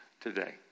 today